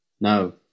No